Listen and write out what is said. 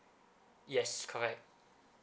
yes correct